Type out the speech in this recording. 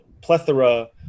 plethora